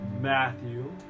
Matthew